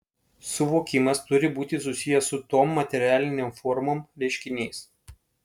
suvokimas turi būti susijęs su tom materialinėm formom reiškiniais